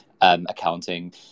accounting